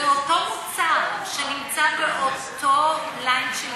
ואותו מוצר, שנמצא באותו ליין של ייצור,